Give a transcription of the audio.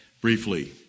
briefly